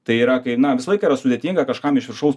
tai yra kai na visą laiką yra sudėtinga kažkam iš viršaus